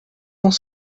ans